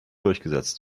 durchgesetzt